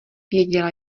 věděla